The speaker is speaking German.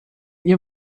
ihr